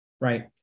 right